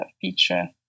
feature